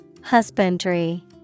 Husbandry